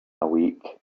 awake